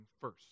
first